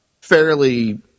fairly